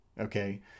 okay